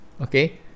Okay